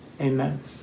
Amen